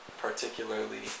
particularly